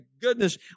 goodness